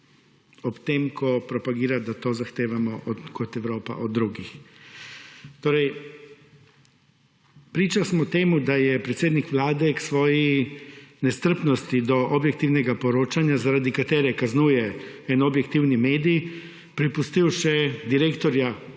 ob tem ko propagira, da to zahtevamo kot Evropa od drugih. Torej priča smo temu, da je predsednik vlade k svoji nestrpnosti do objektivnega poročanja, zaradi katere kaznuje en objektivni medij, prepustil še direktorja Ukoma,